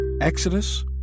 Exodus